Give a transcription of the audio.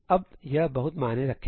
अब यह बहुत मायने रखेगा